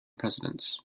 presidents